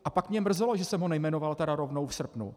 A pak mě mrzelo, že jsem ho nejmenoval rovnou k srpnu.